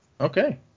okay